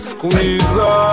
Squeeze